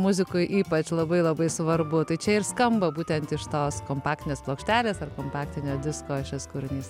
muzikoj ypač labai labai svarbu tai čia ir skamba būtent iš tos kompaktinės plokštelės ar kompaktinio disko šis kūrinys